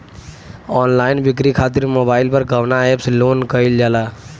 Online बिक्री खातिर mobile पर कवना एप्स लोन कईल जाला?